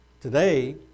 today